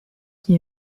qui